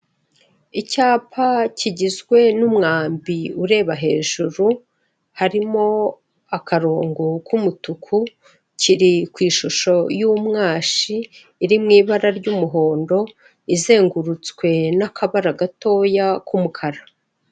Icyapa kigizwe n'umwambi ureba hejuru, harimo akarongo k'umutuku kiri ku ishusho y'umwashi iri mu ibara ry'umuhondo, izengurutswe n'akabara gatoya k'umukara.